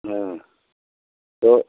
हाँ तो